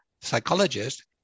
psychologist